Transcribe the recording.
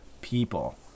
people